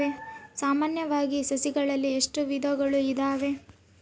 ಸಾಮಾನ್ಯವಾಗಿ ಸಸಿಗಳಲ್ಲಿ ಎಷ್ಟು ವಿಧಗಳು ಇದಾವೆ?